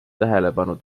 tähelepanu